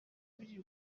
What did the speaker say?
biriya